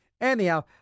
Anyhow